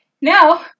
now